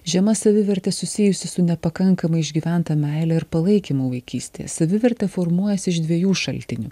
žema savivertė susijusi su nepakankamai išgyventa meile ir palaikymu vaikystės savivertė formuojasi iš dviejų šaltinių